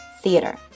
theater